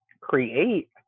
create